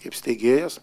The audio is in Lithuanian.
kaip steigėjas